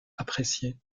appréciée